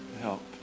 Help